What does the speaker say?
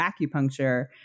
acupuncture